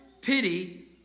pity